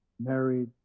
married